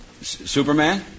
Superman